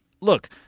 look –